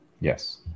Yes